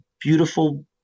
beautiful